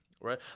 Right